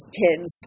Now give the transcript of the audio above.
kids